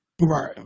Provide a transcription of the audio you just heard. Right